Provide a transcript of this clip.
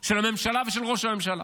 של הממשלה ושל ראש הממשלה.